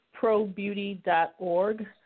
probeauty.org